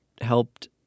helped